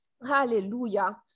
Hallelujah